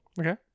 Okay